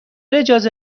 اجازه